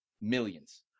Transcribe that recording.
Millions